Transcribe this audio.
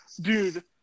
dude